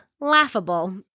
laughable